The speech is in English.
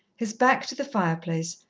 his back to the fireplace,